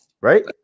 Right